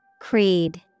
Creed